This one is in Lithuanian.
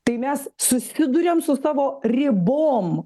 tai mes susiduriam su savo ribom